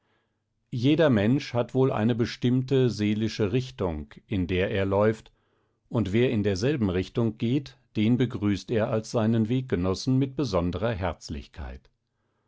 jeder mensch hat eine bestimmte seelische richtung in der er läuft und wer in derselben richtung geht den begrüßt er als seinen weggenossen mit besonderer herzlichkeit